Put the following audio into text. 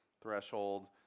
threshold